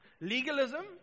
legalism